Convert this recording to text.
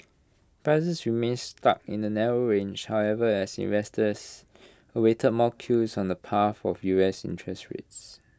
prices remained stuck in A narrow range however as investors awaited more clues on the path of U S interest rates